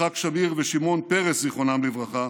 יצחק שמיר ושמעון פרס, זיכרונם לברכה,